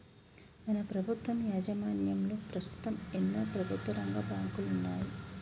మన ప్రభుత్వం యాజమాన్యంలో పస్తుతం ఎన్నో ప్రభుత్వరంగ బాంకులున్నాయి